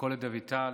קולט אביטל,